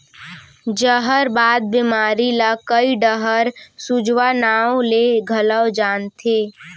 जहरबाद बेमारी ल कइ डहर सूजवा नांव ले घलौ जानथें